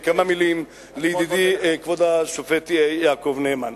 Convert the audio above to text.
כמה מלים לידידי, כבוד השופט יעקב נאמן.